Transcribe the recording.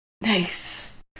Nice